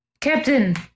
Captain